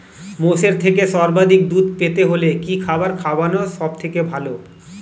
মোষের থেকে সর্বাধিক দুধ পেতে হলে কি খাবার খাওয়ানো সবথেকে ভালো?